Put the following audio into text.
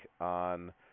on